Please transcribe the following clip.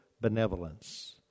benevolence